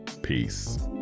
Peace